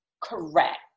Correct